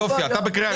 אתה בקריאה ראשונה.